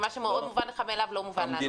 מה שמאוד מובן לך מאליו, לא מובן להם.